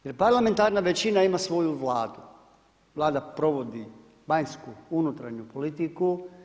Jer parlamentarna većina ima svoju vladu, vlada provodi vanjsku, unutarnju politiku.